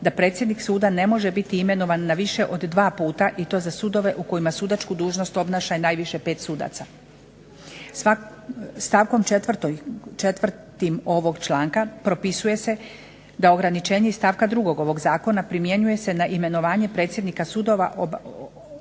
da predsjednik suda ne može imenovan na više od dva puta i to za sudove u kojima sudačku dužnost obnaša najviše pet sudaca. Stavkom 4. ovog članka propisuje se da ograničenje iz stavka 2. ovog zakona primjenjuje se na imenovanje predsjednika sudova obavljena